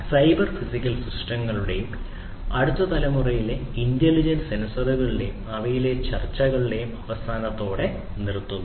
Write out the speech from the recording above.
cyber physical സിസ്റ്റങ്ങളുടെയും അടുത്ത തലമുറയിലെ ഇന്റലിജന്റ് സെൻസറുകളുടെയും അവയിലെ ചർച്ചകളുടെയും അവസാനത്തോടെ നിര്ത്തുന്നു